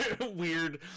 Weird